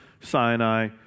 Sinai